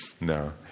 No